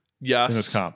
yes